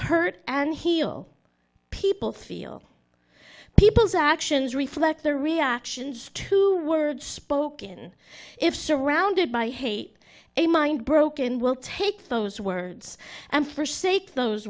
hurt and heal people feel people's actions reflect their reactions to words spoken if surrounded by hate a mind broken will take those words and for sake those